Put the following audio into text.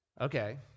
Okay